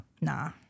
Nah